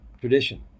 tradition